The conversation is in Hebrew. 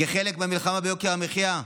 כחלק מהמלחמה ביוקר המחיה,